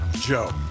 Joe